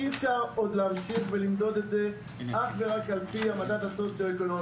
אי אפשר עוד להמשיך ולמדוד את זה אך ורק על פי המדד הסוציו-אקונומי,